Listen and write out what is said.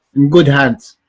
in good hands.